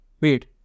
Wait